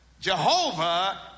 Jehovah